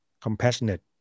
compassionate